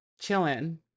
chilling